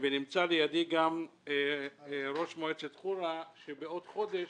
ונמצא לידי גם ראש מועצת חורה שבעוד חודש